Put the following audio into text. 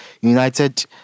United